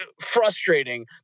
frustrating